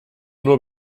nur